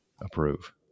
approve